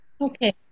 Okay